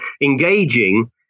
engaging